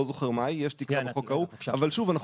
לא זוכר מה גובה התקרה אבל יש תקרה בחוק ההוא אבל שוב,